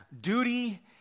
duty